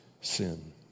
sin